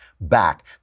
back